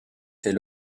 fait